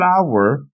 Flower